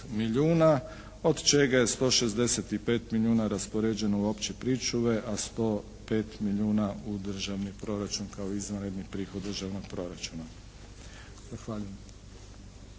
od čega je 165 milijuna raspoređeno u opće pričuve, a 105 milijuna u državni proračun kao izvanredni prihod državnog proračuna.